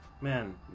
Man